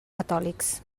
catòlics